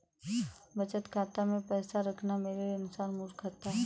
बचत खाता मैं पैसा रखना मेरे अनुसार मूर्खता है